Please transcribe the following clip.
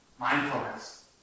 Mindfulness